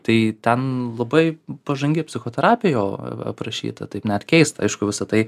tai ten labai pažangi psichoterapija jau aprašyta taip net keista aišku visa tai